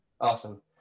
awesome